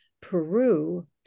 Peru